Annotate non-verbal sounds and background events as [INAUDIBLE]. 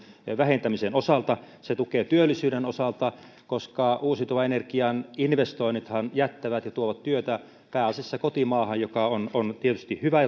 vähentämisen osalta se tukee työllisyyden osalta koska uusiutuvan energian investoinnithan jättävät ja tuovat työtä pääasiassa kotimaahan joka on on tietysti hyvä [UNINTELLIGIBLE]